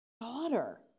daughter